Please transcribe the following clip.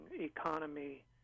economy